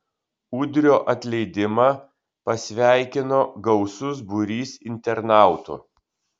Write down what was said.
udrio atleidimą pasveikino gausus būrys internautų